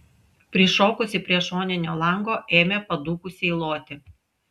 prišokusi prie šoninio lango ėmė padūkusiai loti